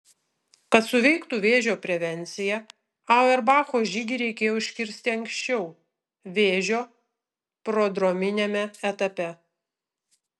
kad suveiktų vėžio prevencija auerbacho žygį reikėjo užkirsti anksčiau vėžio prodrominiame etape